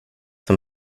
som